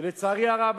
ולצערי הרב,